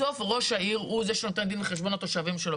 בסוף ראש העיר הוא זה שנותן דין וחשבון לתושבים שלו.